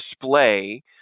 display